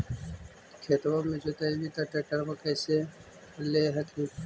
खेतबा के जोतयबा ले ट्रैक्टरबा कैसे ले हखिन?